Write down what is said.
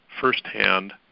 firsthand